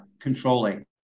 controlling